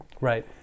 Right